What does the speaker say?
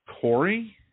Corey